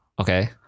Okay